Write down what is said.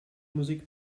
musik